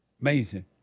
Amazing